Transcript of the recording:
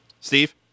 Steve